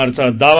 आरचा दावा